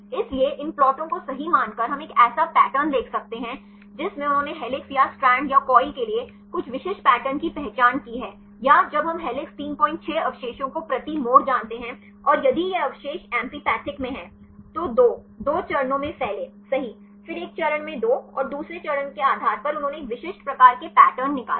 इसलिए इन प्लॉटों को सही मानकर हम एक ऐसा पैटर्न देख सकते हैं जिसमें उन्होंने हेलिक्स या स्टैंड या कॉइल के लिए कुछ विशिष्ट पैटर्न की पहचान की है या जब हम हेलिसेस 36 अवशेषों को प्रति मोड़ जानते हैं और यदि यह अवशेष एम्फीपैथिक में हैं तो 2 2 चरणों में फैलेसही फिर एक चरण में 2 और दूसरे चरण के आधार पर उन्होंने एक विशिष्ट प्रकार के पैटर्न निकाले